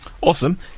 Awesome